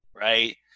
right